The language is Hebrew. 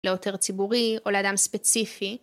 לעותר ציבורי או לאדם ספציפי.